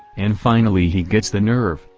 and finally he gets the nerve,